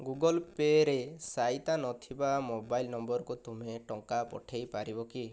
ଗୁଗଲ୍ପେରେ ସାଇତା ନଥିବା ମୋବାଇଲ ନମ୍ବରକୁ ତୁମେ ଟଙ୍କା ପଠେଇ ପାରିବ କି